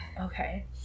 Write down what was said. Okay